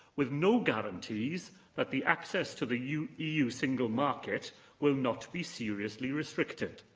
with no guarantees that the access to the eu eu single market will not be seriously restricted.